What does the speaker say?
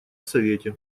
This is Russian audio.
совете